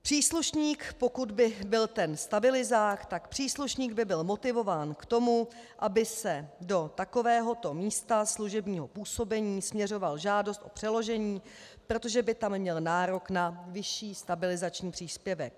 Příslušník, pokud by byl ten stabilizák, tak příslušník by byl motivován k tomu, aby do takovéhoto místa služebního působení směřoval žádost o přeložení, protože by tam měl nárok na vyšší stabilizační příspěvek.